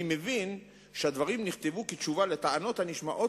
אני מבין שהדברים נכתבו כתשובה על הטענות הנשמעות